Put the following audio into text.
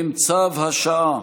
הן צו השעה.